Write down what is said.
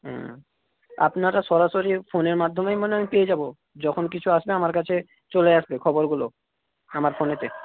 হুম আপনারা সরাসরি ফোনের মাধ্যমেই মানে আমি পেয়ে যাব যখন কিছু আসবে আমার কাছে চলে আসবে খবরগুলো আমার ফোনেতে